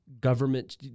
government